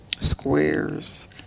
squares